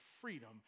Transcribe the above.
freedom